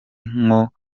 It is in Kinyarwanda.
nko